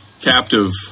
captive